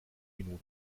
minuten